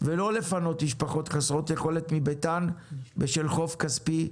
ולא לפנות משפחות חסרות יכולת מביתן בשל חוב כספי.